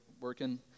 working